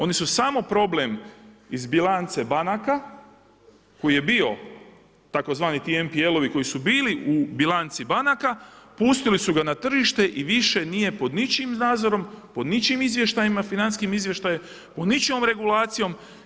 Oni su samo problem iz bilance banaka koji je bio, tzv. ti NPL-ovi koji su bili u bilanci banaka pustili su ga na tržište i više nije pod ničijim nadzorom, po ničijim izvještajima financijskim izvještajima, po ničijom regulacijom.